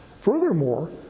furthermore